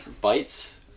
bites